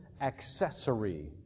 accessory